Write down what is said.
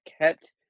kept